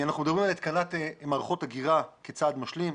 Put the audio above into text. אנחנו מדברים על התקנת מערכות אגירה כצעד משלים.